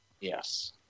Yes